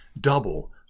double